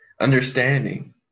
Understanding